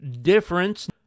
difference